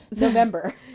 November